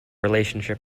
relationship